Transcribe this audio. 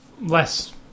less